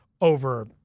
over